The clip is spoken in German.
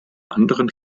anderen